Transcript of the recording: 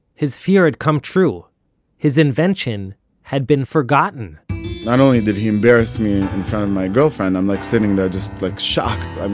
his fear had come true his invention had been forgotten not only did he embarrass me in front of my girlfriend. i'm like sitting there just like shocked.